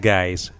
Guys